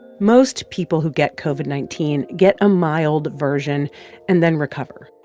most people who get covid nineteen get a mild version and then recover.